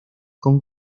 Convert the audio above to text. con